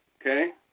Okay